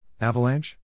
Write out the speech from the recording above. Avalanche